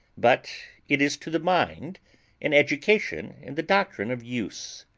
but it is to the mind an education in the doctrine of use,